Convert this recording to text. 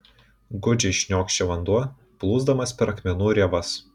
gūdžiai šniokščia vanduo plūsdamas per akmenų rėvas